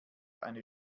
eine